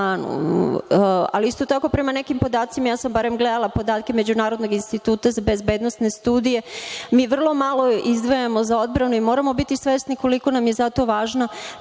Isto tako prema nekim podacima, ja sam bar gledala podatke Međunarodnog instituta za bezbednosne studije, mi vrlo malo izdvajamo za odbranu i moramo biti svesni koliko nam je zato važna